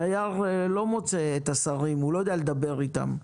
הדייר לא מוצא את השרים, הוא לא יודע לדבר איתם.